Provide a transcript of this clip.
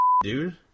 dude